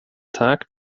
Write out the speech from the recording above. tag